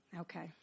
Okay